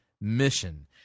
mission